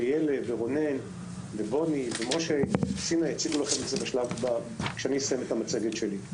ש-ילה ורונן ובוני ומשה סיני יציגו לכם כאשר אני אסיים את המצגת שלי.